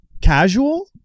casual